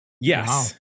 Yes